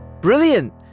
Brilliant